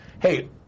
hey